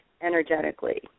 energetically